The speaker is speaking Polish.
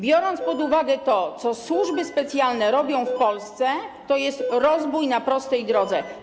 Biorąc pod uwagę to, co służby specjalne robią w Polsce, to jest rozbój na prostej drodze.